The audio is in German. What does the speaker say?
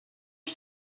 ich